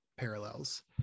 Parallels